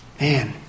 Man